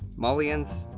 malians?